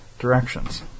Directions